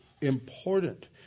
important